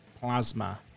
Plasma